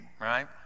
right